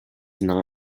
not